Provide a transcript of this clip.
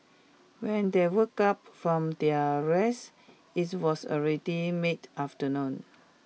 when they woke up from their rest it was already mid afternoon